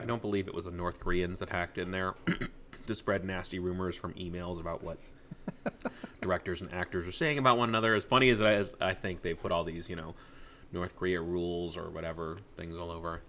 don't believe it was a north koreans that act in there to spread nasty rumors from e mails about what the directors and actors are saying about one another as funny as i as i think they put all these you know north korea rules or whatever things all over